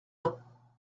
uns